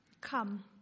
Come